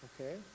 Okay